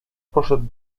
poszedł